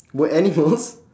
were animals